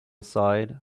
side